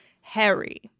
Harry